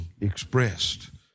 expressed